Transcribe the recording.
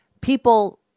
people